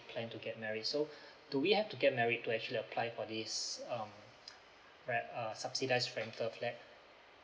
plan to get married so do we have to get married to actually apply for this um ren~ uh subsidized rental flat